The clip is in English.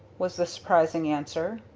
was the surprising answer.